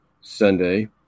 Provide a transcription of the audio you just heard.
Sunday